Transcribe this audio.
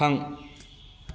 थां